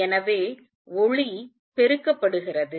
எனவே ஒளி பெருக்கப்படுகிறது